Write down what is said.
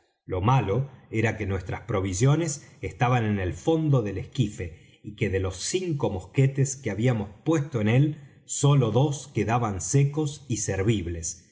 lo malo era que nuestras provisiones estaban en el fondo del esquife y que de los cinco mosquetes que habíamos puesto en él sólo dos quedaban secos